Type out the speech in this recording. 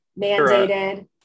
Mandated